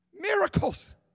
Miracles